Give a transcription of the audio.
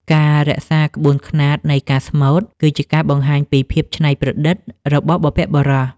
ការរក្សាក្បួនខ្នាតនៃការស្មូត គឺជាការបង្ហាញពីភាពច្នៃប្រឌិតរបស់បុព្វបុរស។